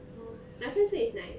oh my friend say it's nice